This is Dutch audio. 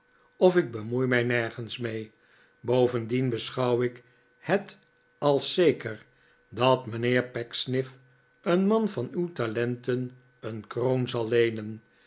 of ik bemoei mij nergens mee bovendien beschouw ik het als zeker dat mijnheer pecksniff een man van uw talenten een kroon zal leenen